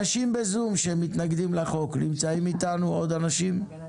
נמצאים אתנו בזום עוד אנשים